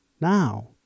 now